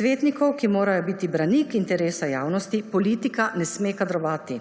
svetnikov, ki morajo biti branik interesa javnosti, politika ne sme kadrovati.